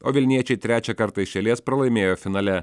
o vilniečiai trečią kartą iš eilės pralaimėjo finale